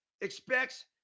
expects